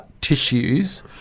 tissues